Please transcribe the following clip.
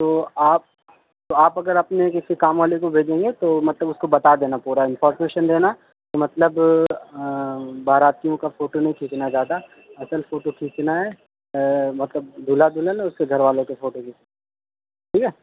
تو آپ تو آپ اگر اپنے کسی کام والے کو بھیجیں گے تو مطلب اس کو بتا دینا پورا انفارمیشن دینا کہ مطلب باراتیوں کا فوٹو نہیں کھینچنا ہے زیادہ اصل فوٹو کھینچنا ہے مطلب دولہا دلہن اور اس کے گھر والوں کے فوٹو کھیچ ٹھیک ہے